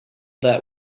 that